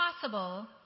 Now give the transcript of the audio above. possible